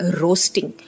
roasting